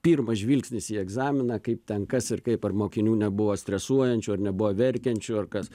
pirmas žvilgsnis į egzaminą kaip ten kas ir kaip ar mokinių nebuvo stresuojančių ar nebuvo verkiančių ar kas